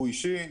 ייבוא אישי.